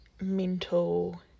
mental